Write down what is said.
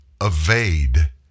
evade